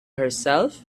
herself